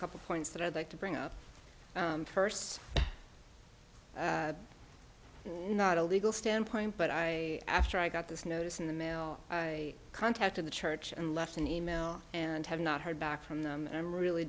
couple points that i'd like to bring up first not a legal standpoint but i after i got this notice in the mail i contacted the church and left an e mail and have not heard back from them and i'm really